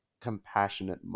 compassionate